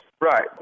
Right